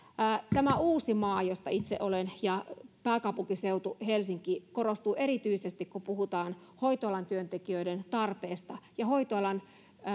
uusimaa josta itse olen ja pääkaupunkiseutu helsinki korostuvat erityisesti kun puhutaan hoitoalan työntekijöiden tarpeesta ja hoitoalan